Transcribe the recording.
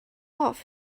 off